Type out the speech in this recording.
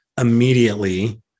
immediately